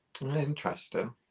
interesting